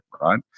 right